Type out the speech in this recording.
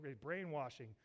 brainwashing